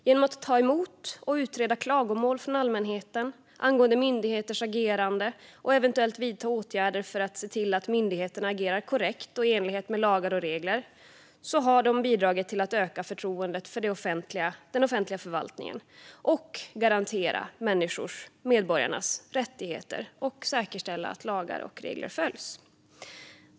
Genom att ta emot och utreda klagomål från allmänheten angående myndigheters agerande och eventuellt vidta åtgärder för att se till att myndigheterna agerar korrekt och i enlighet med lagar och regler har myndigheten bidragit till att öka förtroendet för den offentliga förvaltningen, garantera medborgarnas rättigheter och säkerställa att lagar och regler följs.